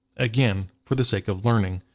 again for the sake of learning.